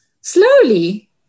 slowly